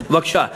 בבקשה.